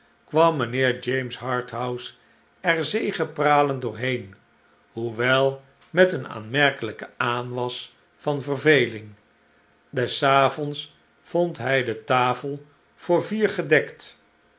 kwam mijnheer james harthouse er zegepralend doorheen hoewel met een aanmerkelijken aanwas van verveling des avonds vond hij de tafel voor vier gedekt